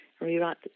rewrite